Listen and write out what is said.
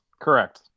correct